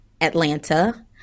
atlanta